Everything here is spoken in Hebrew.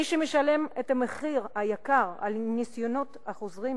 מי שמשלם את המחיר היקר על הניסיונות החוזרים